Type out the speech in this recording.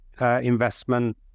Investment